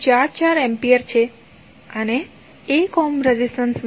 44 ampere છે અને 1 ohm રેઝિસ્ટન્સમાં 0